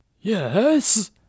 Yes